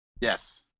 Yes